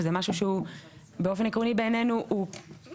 שזה משהו שהוא באופן עקרוני בעינינו קיים.